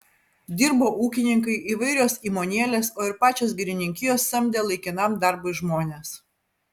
dirbo ūkininkai įvairios įmonėlės o ir pačios girininkijos samdė laikinam darbui žmones